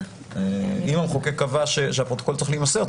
אם המחוקק קבע שהפרוטוקול צריך להימסר,